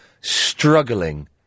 struggling